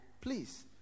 please